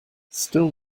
still